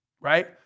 right